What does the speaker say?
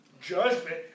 Judgment